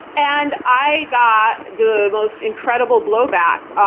and i got the most incredible blowback,